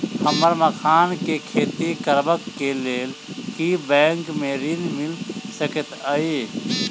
हमरा मखान केँ खेती करबाक केँ लेल की बैंक मै ऋण मिल सकैत अई?